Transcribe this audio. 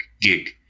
gig